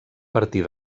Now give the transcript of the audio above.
partir